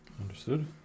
Understood